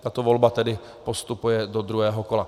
Tato volba tedy postupuje do druhého kola.